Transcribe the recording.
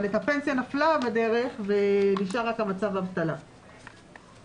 אבל הפנסיה נפלה בדרך ונשאר רק מצב האבטלה בחקיקה.